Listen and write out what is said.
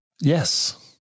Yes